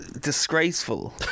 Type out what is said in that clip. Disgraceful